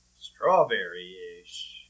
Strawberry-ish